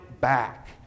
back